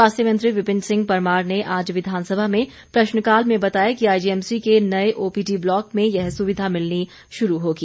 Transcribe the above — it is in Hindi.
स्वास्थ्य मंत्री विपिन सिंह परमार ने आज विधानसभा में प्रश्नकाल में बताया कि आईजीएमसी के नए ओपीडी ब्लाक में यह सुविधा मिलनी शुरू होगी